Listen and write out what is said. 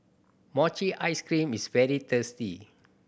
mochi ice cream is very tasty